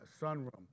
sunroom